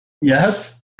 Yes